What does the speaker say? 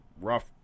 rough